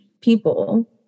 people